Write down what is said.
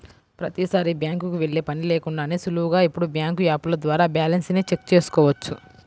ప్రతీసారీ బ్యాంకుకి వెళ్ళే పని లేకుండానే సులువుగా ఇప్పుడు బ్యాంకు యాపుల ద్వారా బ్యాలెన్స్ ని చెక్ చేసుకోవచ్చు